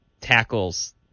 tackles